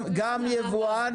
גם יבואן